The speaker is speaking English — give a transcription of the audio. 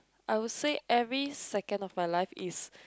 I would say every second of my life is